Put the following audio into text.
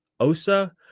osa